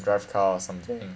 drive car or something